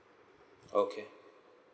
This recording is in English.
okay